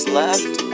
left